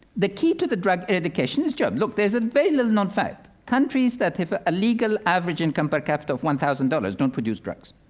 the key to the drug eradication is jobs. look, there's a very little known fact countries that have ah a legal average income per capita of one thousand dollars don't produce drugs.